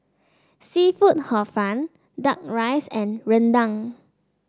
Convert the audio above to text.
seafood Hor Fun duck rice and rendang